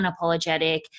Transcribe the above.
unapologetic